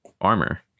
armor